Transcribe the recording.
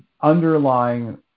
underlying